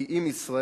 כי אם ישראל,